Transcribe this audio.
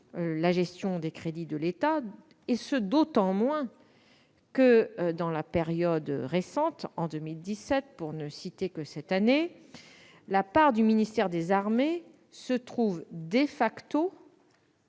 la gestion des crédits de l'État, et ce d'autant moins que, dans la période récente- en 2017, pour ne citer que cette année -, la part du ministère des armées se trouvait